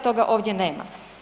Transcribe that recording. Toga ovdje nema.